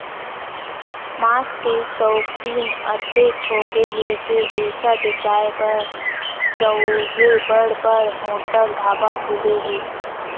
मांस के सउकिन अतेक होगे हे के एखर बेचाए बर सउघे बड़ बड़ होटल, ढाबा खुले हे